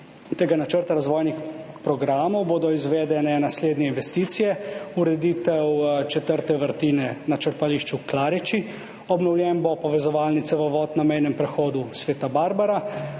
tega načrta razvojnih programov bodo izvedene naslednje investicije: ureditev četrte vrtine na črpališču Klariči, obnovljen bo povezovalni cevovod na mejnem prehodu Sv. Barbara,